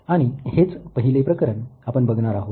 आणि हेच पहिले प्रकरण आपण बघणार आहोत